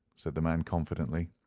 said the man confidently.